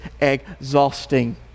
exhausting